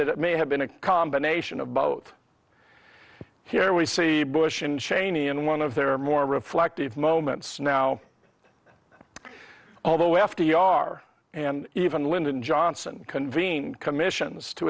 that it may have been a combination of both here we see bush and cheney in one of their more reflective moments now although f d r and even lyndon johnson convened commissions to